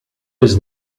his